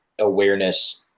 awareness